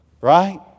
Right